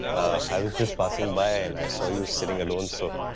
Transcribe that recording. i was just passing by, and i saw you sitting alone. so,